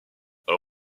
elle